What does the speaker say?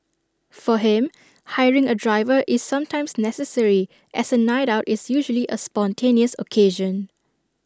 for him hiring A driver is sometimes necessary as A night out is usually A spontaneous occasion